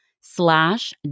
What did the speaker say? slash